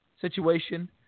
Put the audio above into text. situation